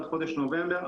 עד חודש נובמבר,